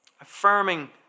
Affirming